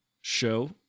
show